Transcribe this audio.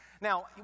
Now